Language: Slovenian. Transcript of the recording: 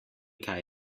kaj